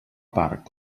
part